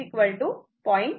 707Vm असेल